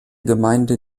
gemeinde